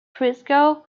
christgau